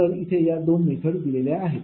तर इथे या दोन मेथड दिलेले आहेत